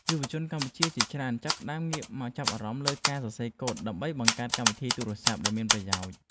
យុវជនកម្ពុជាជាច្រើនចាប់ផ្តើមងាកមកចាប់អារម្មណ៍លើការសរសេរកូដដើម្បីបង្កើតកម្មវិធីទូរស័ព្ទដែលមានប្រយោជន៍។